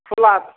थुला